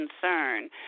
concern